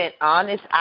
honest